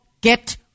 get